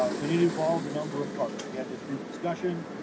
ah, and it involved a number of parts. we had this group discussion,